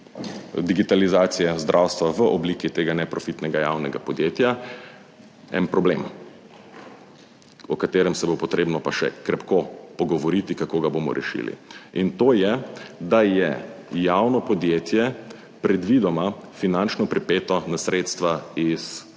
digitalizacije zdravstva v obliki tega neprofitnega javnega podjetja en problem, o katerem se bo potrebno pa še krepko pogovoriti, kako ga bomo rešili in to je, da je javno podjetje predvidoma finančno pripeto na sredstva iz